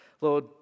Lord